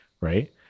right